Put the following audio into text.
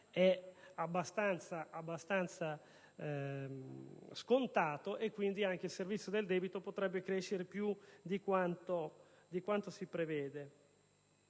è abbastanza scontato e, quindi, anche il servizio del debito potrebbe crescere più di quanto si prevede.